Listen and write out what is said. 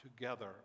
together